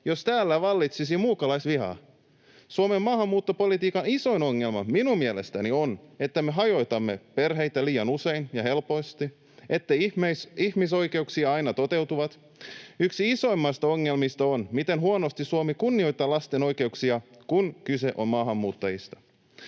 jos täällä vallitsisi muukalaisviha? Suomen maahanmuuttopolitiikan isoin ongelma minun mielestäni on, että me hajotamme perheitä liian usein ja helposti ja etteivät ihmisoikeudet aina toteudu. Yksi isoimmista ongelmista on, miten huonosti Suomi kunnioittaa lasten oikeuksia, kun kyse on maahanmuuttajista.